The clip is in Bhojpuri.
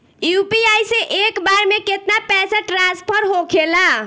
यू.पी.आई से एक बार मे केतना पैसा ट्रस्फर होखे ला?